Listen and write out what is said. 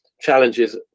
challenges